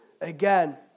again